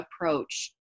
approach